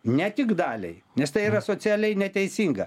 ne tik daliai nes tai yra socialiai neteisinga